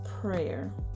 prayer